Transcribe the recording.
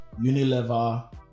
Unilever